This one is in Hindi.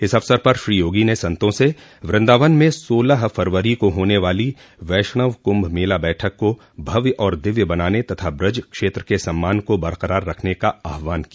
इस अवसर पर श्री योगी ने संतों से वृन्दावन में सोलह फरवरी को होने वाली वैष्णव कुंभ मेला बैठक को भव्य और दिव्य बनाने तथा ब्रज क्षेत्र के सम्मान को बरकरार रखने का आहवान किया